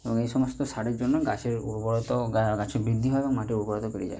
এবং এই সমস্ত সারের জন্য গাছের উর্বরতা ও গাছের বৃদ্ধি হয় এবং মাটির উর্বরতা বেড়ে যায়